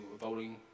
voting